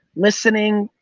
listening,